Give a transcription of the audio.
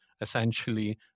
essentially